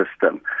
system